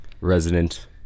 resident